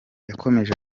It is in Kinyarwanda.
yakomeje